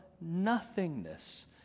nothingness